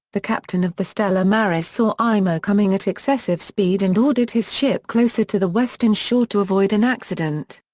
the captain of the stella maris saw imo coming at excessive speed and ordered his ship closer to the western shore to avoid an accident.